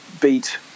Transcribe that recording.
beat